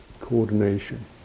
coordination